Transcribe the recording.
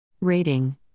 Rating